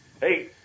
Hey